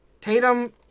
Tatum